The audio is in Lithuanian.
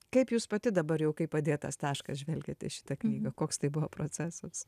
kaip jūs pati dabar jau kai padėtas taškas žvelgiate į šitą knygą koks tai buvo procesas